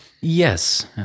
Yes